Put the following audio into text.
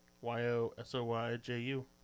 Y-O-S-O-Y-J-U